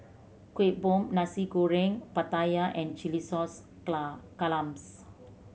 Kueh Bom Nasi Goreng Pattaya and chilli sauce clams